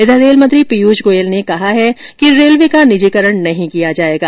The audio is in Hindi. इधर रेल मंत्री पीयूष गोयल ने कहा है कि रेलवे का निजीकरण नहीं किया जाएगा